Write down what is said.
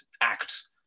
act